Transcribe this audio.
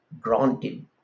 granted